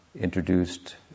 introduced